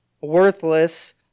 worthless